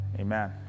Amen